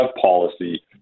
policy